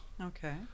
Okay